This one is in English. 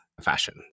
fashion